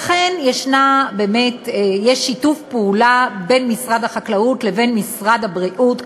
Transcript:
לכן יש שיתוף פעולה בין משרד החקלאות לבין משרד הבריאות,